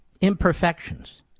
imperfections